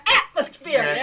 atmosphere